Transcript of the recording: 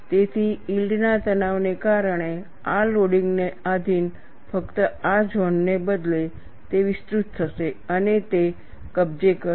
તેથી યીલ્ડના તણાવને કારણે આ લોડિંગ ને આધિન ફક્ત આ ઝોનને બદલે તે વિસ્તૃત થશે અને તે કબજે કરશે